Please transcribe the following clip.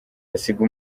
asiga